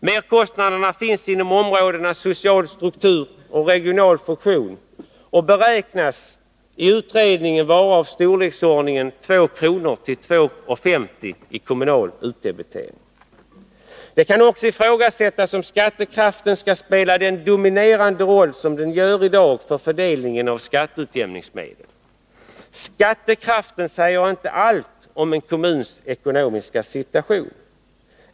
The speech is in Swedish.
Merkostnaderna finns inom områdena social struktur och regional funktion och beräknas i utredningen vara av storleksordningen 2:00-2:50 kr. i kommunal utdebitering. Det kan också ifrågasättas, om skattekraften skall spela den dominerande roll som den gör i dag för fördelningen av skatteutjämningsmedel. Skattekraften säger inte allt om en kommuns ekonomiska situation.